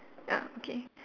ya okay